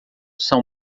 são